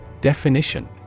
Definition